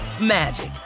magic